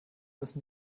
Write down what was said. müssen